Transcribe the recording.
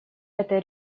этой